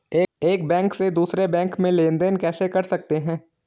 एक बैंक से दूसरे बैंक में लेनदेन कैसे कर सकते हैं?